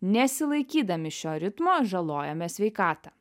nesilaikydami šio ritmo žalojame sveikatą